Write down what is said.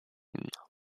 inna